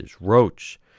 roach